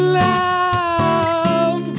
love